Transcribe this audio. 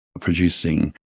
producing